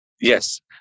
Yes